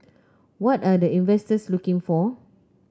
what are the investors looking for